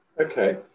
Okay